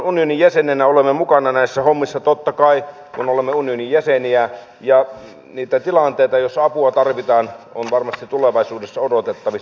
euroopan unionin jäsenenä olemme mukana näissä hommissa totta kai kun olemme unionin jäseniä ja niitä tilanteita joissa apua tarvitaan on varmasti tulevaisuudessa odotettavissa